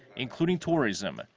including tourism,